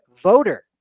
voter